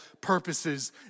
purposes